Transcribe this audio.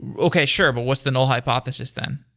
okay, sure. but what's the null hypothesis then?